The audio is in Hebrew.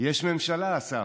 יש ממשלה, אסף.